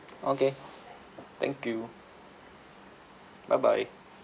okay thank you bye bye